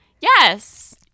Yes